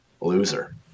loser